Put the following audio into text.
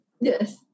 Yes